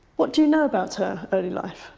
what do you know about her early life?